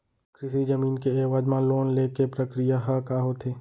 कृषि जमीन के एवज म लोन ले के प्रक्रिया ह का होथे?